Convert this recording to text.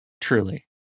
Truly